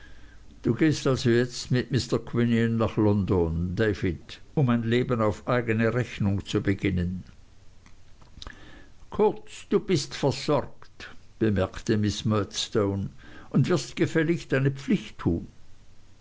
du gehst also jetzt mit mr quinion nach london david um ein leben auf eigne rechnung zu beginnen kurz du bist versorgt bemerkte miß murdstone und wirst gefälligst deine pflicht tun